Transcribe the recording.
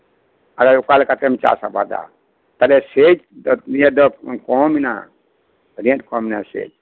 ᱟᱨ ᱚᱠᱟ ᱞᱮᱠᱟᱛᱮᱢ ᱪᱟᱥ ᱟᱵᱟᱫᱟ ᱛᱟᱦᱞᱮ ᱥᱮᱪ ᱤᱭᱟᱹ ᱫᱚ ᱠᱚᱢ ᱮᱱᱟ ᱟᱸᱰᱤ ᱟᱸᱴ ᱠᱚᱢ ᱮᱱᱟ ᱪᱮᱫ